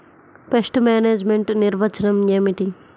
Pest management నిర్వచనం ఏమిటి?